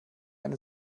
eine